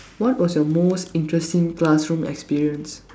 what was your most interesting classroom experience